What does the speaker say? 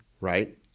right